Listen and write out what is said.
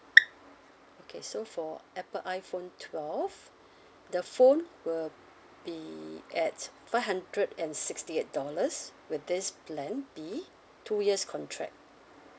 okay so for apple iphone twelve the phone will be at five hundred and sixty eight dollars with this plan B two years contract